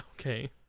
Okay